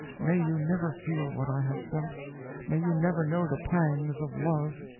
may you never feel what i have felt may you never know the pangs of love.